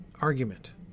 argument